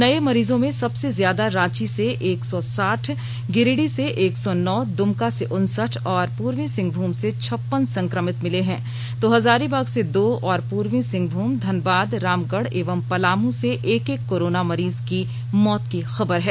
नए मरीजों में सबसे ज्यादा रांची से एक सौ साठ गिरिडीह से एक सौ नौ दुमका से उनसठ और पूर्वी सिंहभूम से छप्पन संक्रमित मिले हैं तो हजारीबाग से दो और पूर्वी सिंहमूम धनबाद रामगढ़ एवं पलामू से एक एक कोरोना मरीज की मौत की खबर है